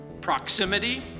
proximity